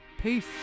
Peace